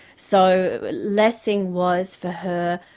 so lessing was for her,